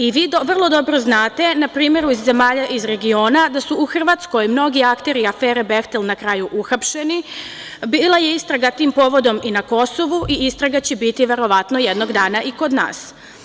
I, vrlo dobro znate, na primeru iz zemalja iz regiona da su u Hrvatskoj mnogi akteri afere „Behtel“, na kraju uhapšeni, bila je istraga tim povodom i na Kosovu i istraga će biti, verovatno jednog dana i kod nas.